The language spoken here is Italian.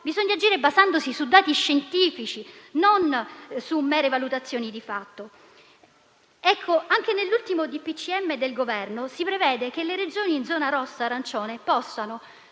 Bisogna agire basandosi su dati scientifici, e non su mere valutazioni di fatto. Anche nell'ultimo DPCM si prevede che le Regioni in zona rossa o arancione possano,